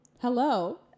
Hello